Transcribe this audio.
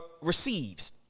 receives